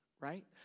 right